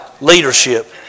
Leadership